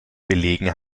belegen